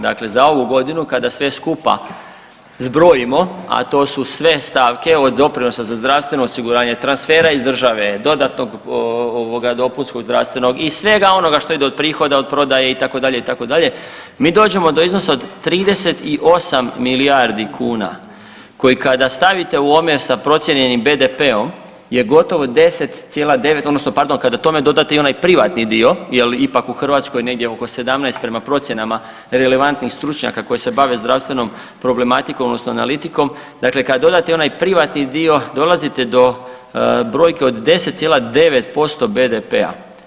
Dakle, za ovu godinu kada sve skupa zbrojimo, a to su sve stavke od doprinosa za zdravstveno osiguranje, transfera iz države, dodatnog dopunskog zdravstvenog, i svega onoga što je do prihoda od prodaje itd., itd. mi dođemo do iznosa od 38 milijardi kuna koji kada stavite u omjer sa procijenjenim BDP-om je gotovo 10,9 odnosno pardon kada tome dodate i onaj privatni dio jer ipak u Hrvatskoj negdje oko 17 prema procjenama relevantnih stručnjaka koji se bave zdravstvenom problematikom odnosno analitikom, dakle kad dodate i onaj privatni dio dolazite do brojke od 10,9% BDP-a.